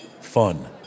fun